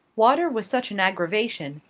water was such an aggravation,